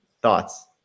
thoughts